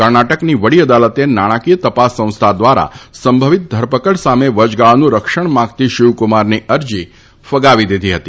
કર્ણાટકની વડી અદાલતે નાણાંકિથ તપાસ સંસ્થા દ્વારા સંભવિત ધરપકડ સામે વચગાળાનું રક્ષણ માંગતી શિવકુમારની અરજી ફગાવી દીધી હતી